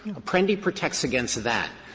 apprendi protects against that.